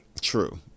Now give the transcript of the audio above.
True